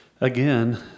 Again